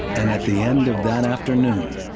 and at the end of that afternoon,